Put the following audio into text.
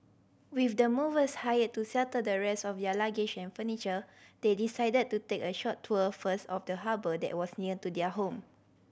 with the movers hired to settle the rest of their luggage and furniture they decided to take a short tour first of the harbour that was near to their home